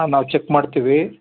ಹಾಂ ನಾವು ಚಕ್ ಮಾಡ್ತೀವಿ